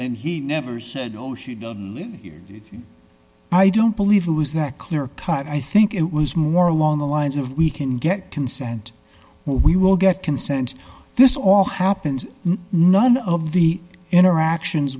and he never said oh she doesn't live here if you i don't believe it was that clear cut i think it was more along the lines of we can get consent we will get consent this all happened none of the interactions